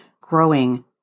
growing